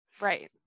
Right